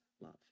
love